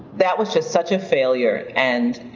that was just such a failure. and